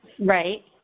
right